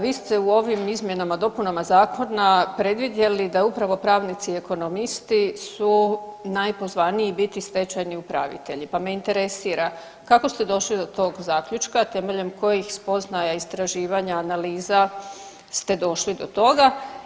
Vi te u ovim izmjenama i dopunama zakona predvidjeli da upravo pravnici ekonomisti su najpozvaniji biti stečajni upravitelji pa me interesira kako ste došli do tog zaključka, temeljem kojih spoznaja istraživanja analiza ste došli do toga?